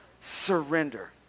Surrender